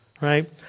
Right